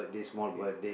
okay